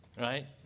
right